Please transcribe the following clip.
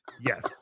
Yes